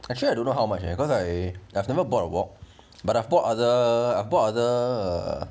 actually I don't know how much eh cause I I've never bought a wok but I bought other bought other